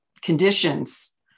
conditions